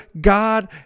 God